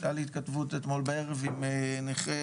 הייתה לי התכתבות אתמול בערב עם נכה